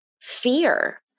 fear